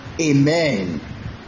Amen